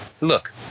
look